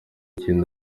kintu